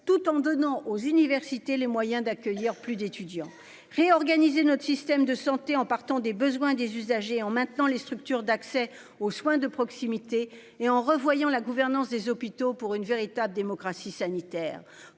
tout en donnant aux universités, les moyens d'accueillir plus d'étudiants réorganiser notre système de santé en partant des besoins des usagers en maintenant les structures d'accès aux soins de proximité et en revoyant la gouvernance des hôpitaux pour une véritable démocratie sanitaire